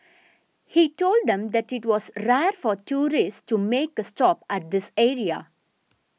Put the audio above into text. he told them that it was rare for tourists to make a stop at this area